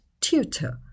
tutor